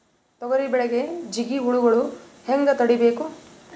ತೊಗರಿ ಬೆಳೆಗೆ ಜಿಗಿ ಹುಳುಗಳು ಹ್ಯಾಂಗ್ ತಡೀಬೇಕು?